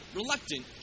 reluctant